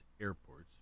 airports